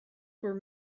were